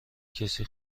کسی